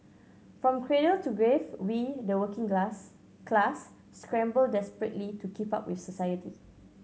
from cradle to grave we the working glass class scramble desperately to keep up with society